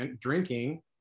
drinking